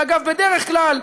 שאגב, בדרך כלל,